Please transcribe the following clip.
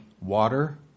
water